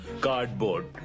Cardboard